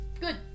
good